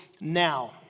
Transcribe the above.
now